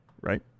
right